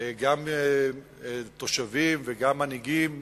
גם תושבים וגם מנהיגים